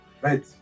Right